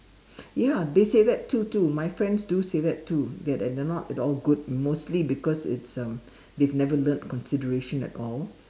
ya they say that too too my friends do say that too that they are not at all good mostly because it's um they've never learnt consideration as all